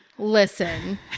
listen